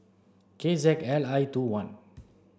K Z L I two one